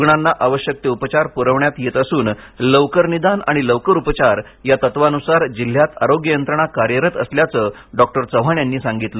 रूग्णांना आवश्यक ते उपचार प्रविण्यात येत असून लवकर निदान आणि लवकर उपचार या तत्वानुसार जिल्ह्यात आरोग्य यंत्रणा कार्यरत असल्याचे डॉक्टर चव्हाण यांनी सांगितले